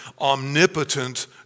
omnipotent